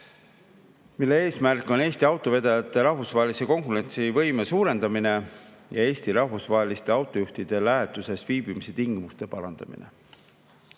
mille eesmärk on Eesti autovedajate rahvusvahelise konkurentsivõime suurendamine ja Eesti rahvusvaheliste autojuhtide lähetuses viibimise tingimuste parandamine. Paraku